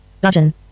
button